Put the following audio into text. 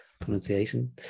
pronunciation